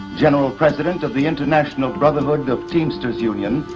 general president of the international brotherhood of teamsters union,